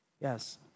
Yes